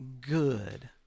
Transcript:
good